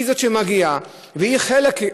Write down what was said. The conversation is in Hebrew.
משטרה היא שמגיעה והיא חלק.